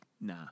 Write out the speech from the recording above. Nah